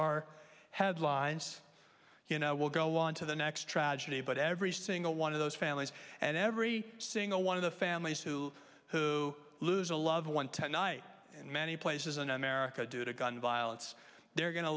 our headlines you know will go on to the next tragedy but every single one of those families and every single one of the families who who lose a loved one tonight and many places in america due to gun violence they're going to